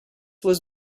was